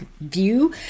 view